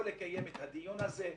לא לקיים את הדיון הזה.